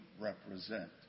represent